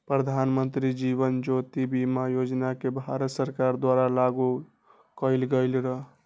प्रधानमंत्री जीवन ज्योति बीमा योजना के भारत सरकार द्वारा लागू कएल गेलई र